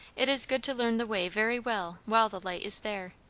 it is good to learn the way very well while the light is there.